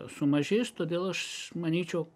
sumažės todėl aš manyčiau